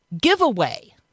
giveaway